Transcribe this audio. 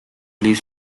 least